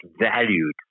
valued